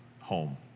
Home